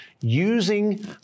using